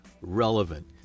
relevant